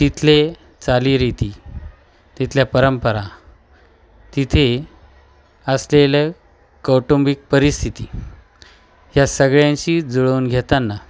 तिथल्या चालीरीती तिथल्या परंपरा तिथे असलेल्या कौटुंबिक परिस्थिती ह्या सगळ्यांशी जुळवून घेताना